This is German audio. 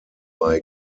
bei